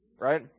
Right